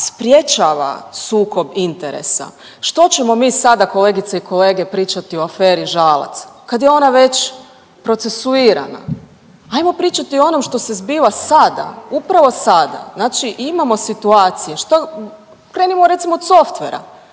sprječava sukob interesa. Što ćemo mi sada kolegice i kolege pričati o aferi Žalac kad je ona već procesuirana, hajmo pričati o onom što se zbiva sada, upravo sada. Znači imamo situaciju, šta, krenimo recimo od softvera,